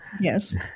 Yes